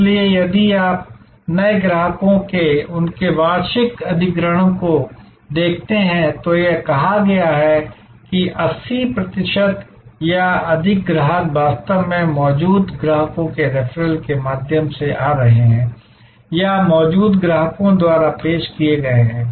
इसलिए यदि आप नए ग्राहकों के उनके वार्षिक अधिग्रहण को देखते हैं तो यह कहा गया है कि 80 प्रतिशत या अधिक ग्राहक वास्तव में मौजूदा ग्राहकों के रेफरल के माध्यम से आ रहे हैं या मौजूदा ग्राहकों द्वारा पेश किए गए हैं